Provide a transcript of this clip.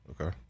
Okay